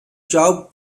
job